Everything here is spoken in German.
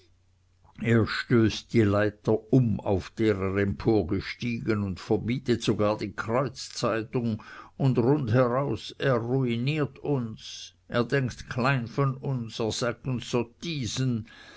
er stößt die leiter um drauf er emporgestiegen und verbietet sogar die kreuzzeitung und rundheraus er ruiniert uns er denkt klein von uns er